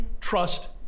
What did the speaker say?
trust